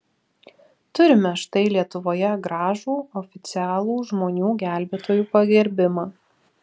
turime štai lietuvoje gražų oficialų žmonių gelbėtojų pagerbimą